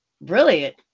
brilliant